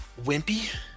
wimpy